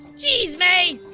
geez, mae.